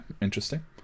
interesting